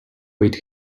wait